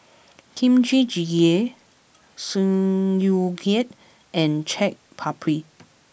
Kimchi Jjigae Sauerkraut and Chaat Papri